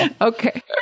Okay